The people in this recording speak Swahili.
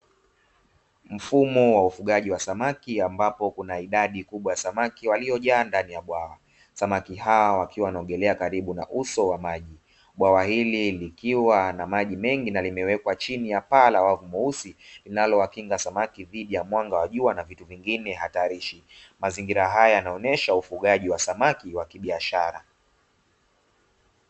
Mvumo wa ufugaji wa samaki ambapo kuna idadi kubwa ya samaki walio jaa ndani ya bwawa, samaki hawa wakiwa wanaogelea karibu na uso wa maji bwawa hili likiwa na maji mengi na limewekwa chini ya paa la wachuuzi linalo wakinga samaki dhidi ya mwanga wa jua na vitu vingine hatarishi, mazingira haya yanaonyesha ufugaji wa samaki wa biashara.